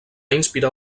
inspirar